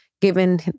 given